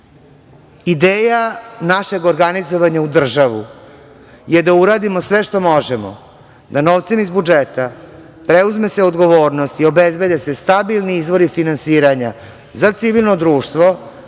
našeg organizovanja u državu je da uradimo sve što možemo da novcem iz budžeta preuzme se odgovornost i obezbede se stabilni izvori finansiranja za civilno društvo